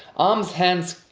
arms, hands,